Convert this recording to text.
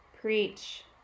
Preach